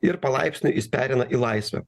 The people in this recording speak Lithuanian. ir palaipsniui jis pereina į laisvę